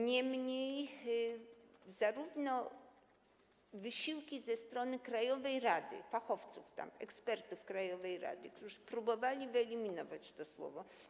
Niemniej były wysiłki ze strony krajowej rady, fachowców, ekspertów krajowej rady, którzy próbowali wyeliminować to słowo.